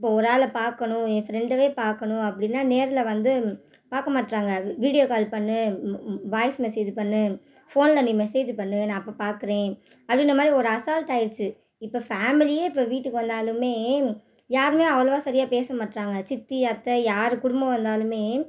இப்போ ஒரு ஆளை பார்க்கணும் என் ஃப்ரெண்டவே பார்க்கணும் அப்படின்னா நேர்ல வந்து பார்க்க மாட்டேறாங்க வீடியோ கால் பண்ணு வாய்ஸ் மெசேஜு பண்ணு ஃபோன்ல நீ மெசேஜு பண்ணு நான் அப்போ பார்க்குறேன் அப்படின்ற மாதிரி ஒரு அசால்ட்டாயிடுச்சு இப்போ ஃபேமிலியே இப்போ வீட்டுக்கு வந்தாலுமே யாருமே அவ்வளவாக சரியாக பேச மாட்டேறாங்க சித்தி அத்தை யார் குடும்பம் வந்தாலுமே